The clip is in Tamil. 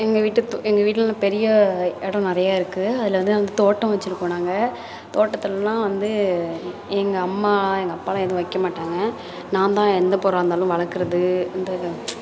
எங்கள் வீட்டு தோ எங்கள் வீட்டில் நான் பெரிய இடம் நிறையா இருக்குது அதில் வந்து நாங்கள் தோட்டம் வச்சுருக்கோம் நாங்கள் தோட்டத்திலெலாம் வந்து எங்கள் அம்மா எங்கள் அப்பாவெலாம் ஏதும் வைக்க மாட்டாங்க நான் தான் எந்த பொருளாக இருந்தாலும் வளர்க்கறது அந்த